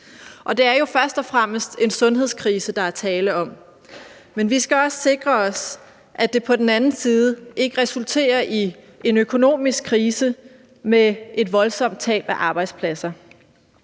Det er jo først og fremmest en sundhedskrise, der er tale om, men vi skal også sikre os, at det på den anden side ikke resulterer i en økonomisk krise med et voldsomt tab af arbejdspladser.